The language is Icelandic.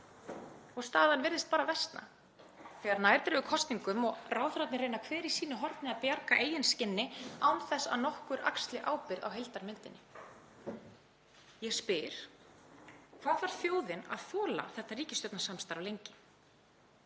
Og staðan virðist bara versna þegar nær dregur kosningum og ráðherrarnir reyna hver í sínu horni að bjarga eigin skinni án þess að nokkur axli ábyrgð á heildarmyndinni. Ég spyr: Hvað þarf þjóðin að þola þetta ríkisstjórnarsamstarf lengi?